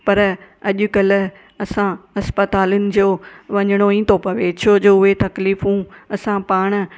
पर अॼुकल्ह असां अस्पतालुनि जो वञिणो ई थो पवे छो जो उहे तकलीफ़ूं असां पाण